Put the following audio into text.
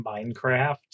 Minecraft